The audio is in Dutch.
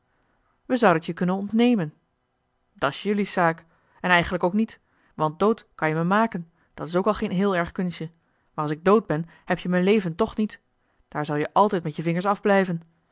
we zouden t je kunnen ontnemen dat s jelui zaak en eigenlijk ook niet want dood kan-je me maken dat is ook al geen heel erg kunstje maar als ik dood ben heb je m'n leven toch niet daar zal je altijd met je vingers afblijven